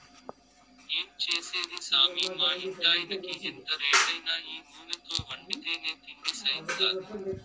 ఏం చేసేది సామీ మా ఇంటాయినకి ఎంత రేటైనా ఈ నూనెతో వండితేనే తిండి సయిత్తాది